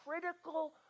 critical